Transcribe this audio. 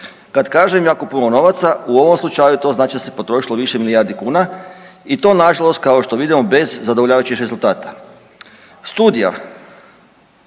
Kad kažem jako puno novaca u ovom slučaju to znači da se potrošilo više milijardi kuna i to nažalost kao što vidimo bez zadovoljavajućih rezultata. Studija